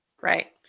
Right